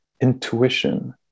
intuition